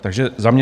Takže za mě: